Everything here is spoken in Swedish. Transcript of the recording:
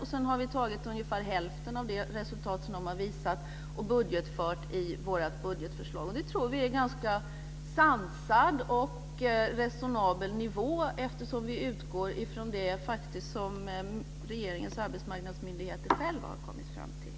Vi har i vårt förslag budgetfört ungefär hälften av de resultat som dessa experiment har visat. Vi tror att det är en ganska sansad nivå, eftersom vi faktiskt utgår från det som regeringens arbetsmarknadsmyndigheter själva har kommit fram till.